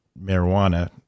marijuana